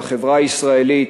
לחברה הישראלית,